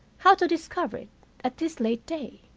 how to discover it at this late day?